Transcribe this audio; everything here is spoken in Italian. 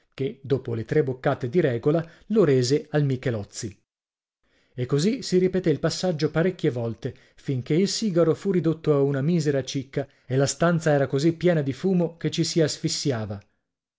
che dopo le tre boccate di regola lo rese al michelozzi e così si ripeté il passaggio parecchie volte finché il sigaro fu ridotto a una misera cicca e la stanza era così piena di fumo che ci si